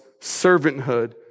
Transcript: servanthood